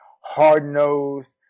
hard-nosed